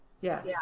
Yes